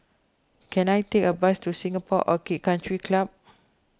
can I take a bus to Singapore Orchid Country Club